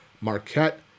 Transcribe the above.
Marquette